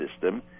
system